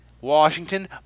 Washington